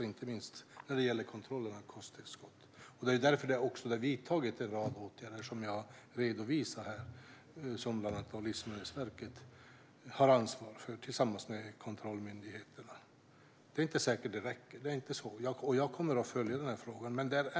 inte minst när det gäller kontrollen av kosttillskott. Det är också därför vi har vidtagit en rad åtgärder, som jag har redovisat här, som bland annat Livsmedelsverket har ansvar för tillsammans med kontrollmyndigheterna. Det är inte säkert att det räcker. Och jag kommer att följa frågan.